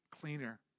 cleaner